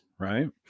right